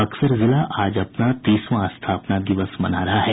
बक्सर जिला आज अपना तीसवां स्थापना दिवस मना रहा है